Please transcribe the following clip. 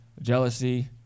jealousy